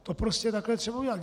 To prostě takhle je třeba udělat.